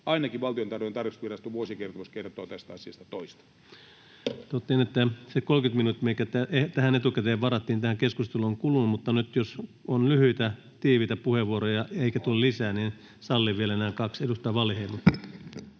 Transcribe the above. Ainakin Valtiontalouden tarkastusviraston vuosikertomus kertoo tästä asiasta toista.